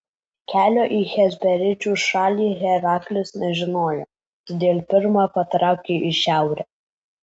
kelio į hesperidžių šalį heraklis nežinojo todėl pirma patraukė į šiaurę